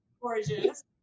gorgeous